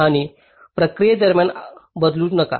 आणि प्रक्रिये दरम्यान बदलू नका